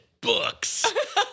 books